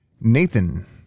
Nathan